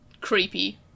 creepy